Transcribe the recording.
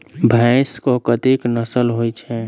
भैंस केँ कतेक नस्ल होइ छै?